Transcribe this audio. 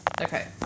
Okay